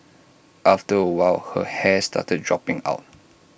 after A while her hair started dropping out